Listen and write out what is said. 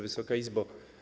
Wysoka Izbo!